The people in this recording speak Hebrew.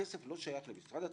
הכסף לא שייך למשרד התרבות.